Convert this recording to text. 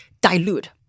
dilute